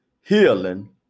healing